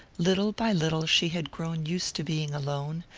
little by little she had grown used to being alone,